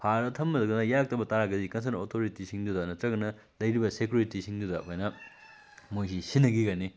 ꯐꯥꯔ ꯊꯝꯕꯗꯨꯅ ꯌꯥꯔꯛꯇꯕ ꯇꯥꯔꯒꯗꯤ ꯀꯟꯁꯔꯟ ꯑꯣꯊꯣꯔꯤꯇꯤꯁꯤꯡꯗꯨꯗ ꯅꯠꯇ꯭ꯔꯒꯅ ꯂꯩꯔꯤꯕ ꯁꯦꯀ꯭ꯌꯨꯔꯤꯇꯤꯁꯤꯡꯗꯨꯗ ꯑꯩꯈꯣꯏꯅ ꯃꯣꯏꯁꯤ ꯁꯤꯟꯅꯈꯤꯒꯅꯤ